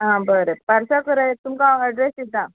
आ बरें पार्सल कराय तुमकां हांव एड्रेस दितां